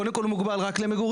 קודם כל הוא מוגבל רק למגורים,